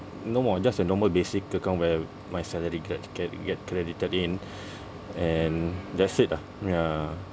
no more just a normal basic account where my salary gets get get credited in and that's it lah ya